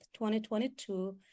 2022